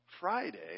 Friday